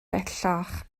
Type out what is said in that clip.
bellach